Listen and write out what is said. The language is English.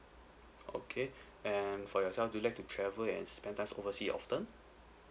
okay and for yourself do you like to travel and spend times overseas often